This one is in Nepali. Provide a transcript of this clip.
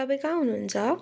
तपाईँ कहाँ हुनुहुन्छ